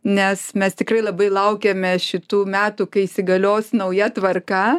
nes mes tikrai labai laukiame šitų metų kai įsigalios nauja tvarka